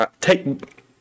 Take